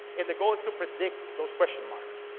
and the goal is to predict those question marks.